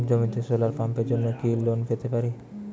জমিতে সোলার পাম্পের জন্য কি লোন পেতে পারি?